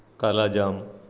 कालाजाम